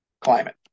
climate